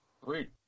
Great